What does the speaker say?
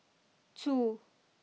two